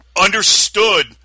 understood